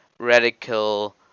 radical